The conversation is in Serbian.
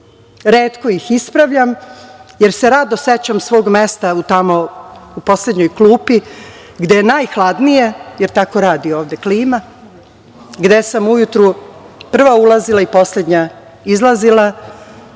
retko ih ispravljam jer se rado sećam svog mesta u poslednjoj klupi, gde je najhladnije, jer tako radi ovde klima, gde sam ujutru prva ulazila i poslednja izlazila